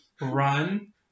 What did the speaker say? Run